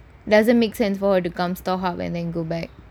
make sense for her to come stuff and then go back